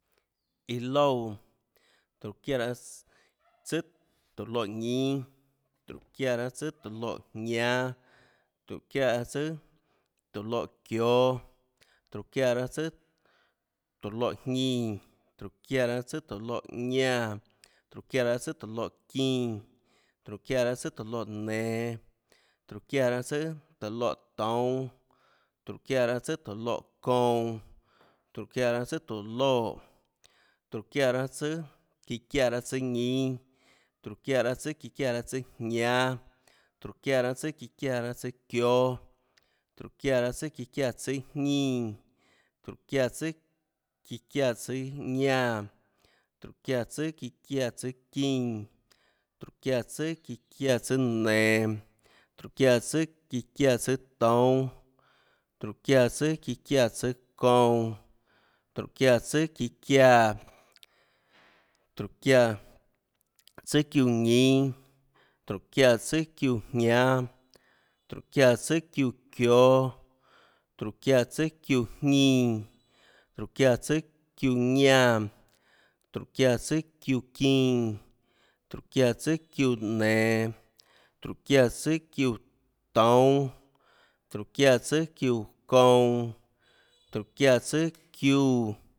Iã loúã. tróhå çiáã tsùâ tóå loè ñínâ. tróhå çiáã tsùâ tóå loè jñánâ. tróhå çiáã tsùâ tóå loè çióâ. tróhå çiáã tsùâ tóå loè jñínã. tróhå çiáã tsùâ tóå loè ñánã. tróhå çiáã tsùâ tóå loè çínã. tróhå çiáã tsùâ tóå loè nenå. tróhå çiáã tsùâ tóå loè toúnâ. tróhå çiáã tsùâ tóå loè kounã, tróhå çiáã tsùà tóhå loè, tróhå çiáã tsùâ çíã çiáã raâ tsùâ ñínâ. tróhå çiáã tsùâ çíã çiáã raâ tsùâjñánâ, tróhå çiáã tsùâ çíã çiáã raâ tsùâ çióâ. tróhå çiáã tsùâ çíã çiáã tsùâ jñínã. tróhå çiáã tsùâ çíã çiáã tsùâ ñánã. tróhå çiáã tsùâ çíã çiáã tsùâ çínã. tróhå çiáã tsùâ çíã çiáã tsùâ nenå. tróhå çiáã tsùâ çíã çiáã tsùâ toúnâ. tróhå çiáã tsùâ çíã çiáã tsùâ çounã tróhå çiáã tsùâ çíã çiáã. tróhå çiáã tsùâ çiúã ñínâ. tróhå çiáã tsùâ çiúãjñánâ. tróhå çiáã tsùâ çiúã çióâ, tróhå çiáã tsùâ çiúã jñínã. tróhå çiáã tsùâ çiúã ñánã. tróhå çiáã âtsùâ çiúã çínã, tróhå çiáã tsùâ çiúã nenå. tróhå çiáã tsùâ çiúã toúnâ, tróhå çiáã tsùâ çiúã kounã. tróhå çiáã tsùâ çiúã